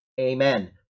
amen